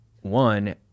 one